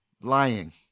lying